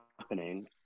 happening